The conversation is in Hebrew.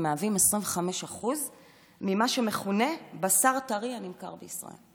מהווים 25% ממה שמכונה בשר טרי הנמכר בישראל.